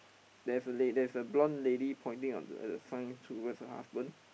there's a la~ there's a blonde lady pointing on at the sign towards her husband